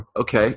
okay